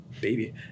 baby